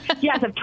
Yes